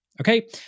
Okay